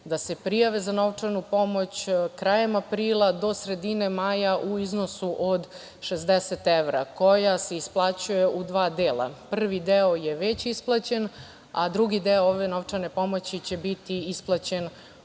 da se prijave za novčanu pomoć krajem aprila do sredine maja u iznosu od 60 evra koja se isplaćuje u dva dela. Prvi deo je već isplaćen, a drugi deo ove novčane pomoći će biti isplaćen